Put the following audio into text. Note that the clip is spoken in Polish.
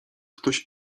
ktoś